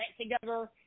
together